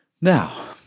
Now